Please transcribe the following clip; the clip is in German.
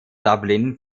dublin